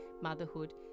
motherhood